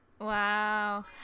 wow